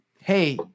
hey